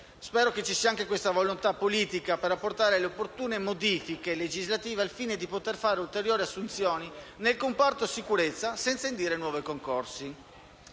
Spero ci sia anche questa volontà politica per apportare le opportune modifiche legislative al fine di poter fare ulteriori assunzioni nel comparto sicurezza senza indire nuovi concorsi.